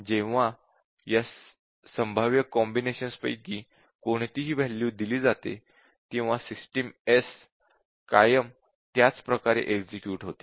जेव्हा या संभाव्य कॉम्बिनेशन्स पैकी कोणतीही वॅल्यू दिली जाते तेव्हा सिस्टम S कायम त्याच प्रकारे एक्झिक्युट होते